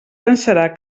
pensarà